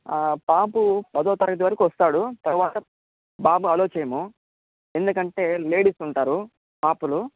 బాబు పదో తరగతి వరకు వస్తాడు తర్వాత బాబుని అలో చేయము ఎందుకంటే లేడీస్ ఉంటారు పాపలు